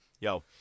Yo